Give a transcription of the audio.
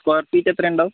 square feet എത്രയുണ്ടാവും